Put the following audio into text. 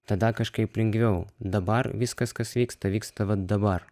tada kažkaip lengviau dabar viskas kas vyksta vyksta vat dabar